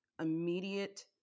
immediate